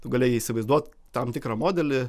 tu galėjai įsivaizduot tam tikrą modelį